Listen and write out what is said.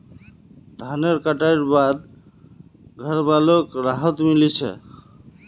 धानेर कटाई बाद घरवालोक राहत मिली छे